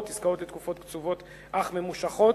עסקאות לתקופות קצובות אך ממושכות.